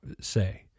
say